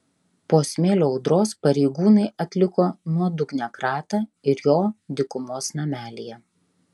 po smėlio audros pareigūnai atliko nuodugnią kratą ir jo dykumos namelyje